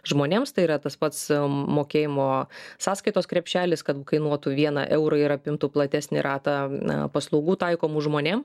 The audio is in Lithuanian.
žmonėms tai yra tas pats mokėjimo sąskaitos krepšelis kad kainuotų vieną eurą ir apimtų platesnį ratą paslaugų taikomų žmonėm